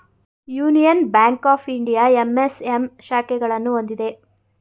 union Bank of India MSM ಶಾಖೆಗಳನ್ನು ಹೊಂದಿದೆ